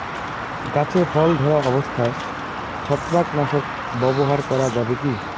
গাছে ফল ধরা অবস্থায় ছত্রাকনাশক ব্যবহার করা যাবে কী?